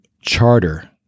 charter